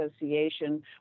association